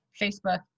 Facebook